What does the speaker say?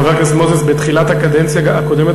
חבר הכנסת מוזס בתחילת הקדנציה הקודמת